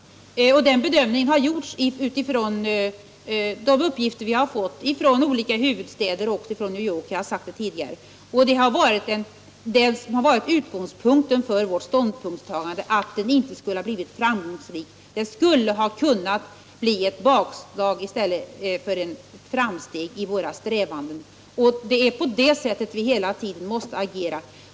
Den bedömningen har gjorts på grundval av de uppgifter vi har fått från olika huvudstäder, däribland även New York. Jag har sagt det tidigare. Det har varit utgångspunkten för vårt ställningstagande att den inte skulle ha blivit framgångsrik. Den skulle ha kunnat bli ett bakslag i stället för ett framsteg i våra strävanden. Det är på detta sätt vi hela tiden måste agera.